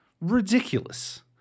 ridiculous